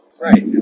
Right